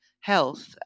health